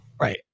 Right